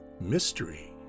mystery